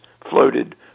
floated